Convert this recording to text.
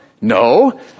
No